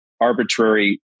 arbitrary